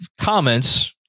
comments